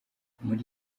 muri